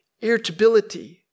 irritability